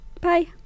Bye